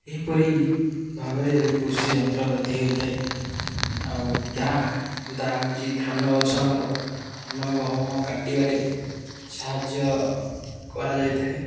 ଏହିପରି ଭାବରେ କୃଷି ଯନ୍ତ୍ରପାତି ହୋଇଥାଏ ଆଉ ଦାଆ ଦାଆ ହେଉଛି ଧାନ ଗଛ ଆମର ଧାନ ଗହମ କାଟିବାରେ ସାହାଯ୍ୟ କରାଯାଇଥାଏ